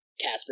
casper